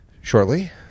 shortly